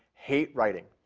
hate writing,